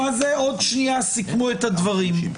עוד שניה מסכמים את הדברים.